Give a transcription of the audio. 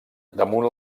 damunt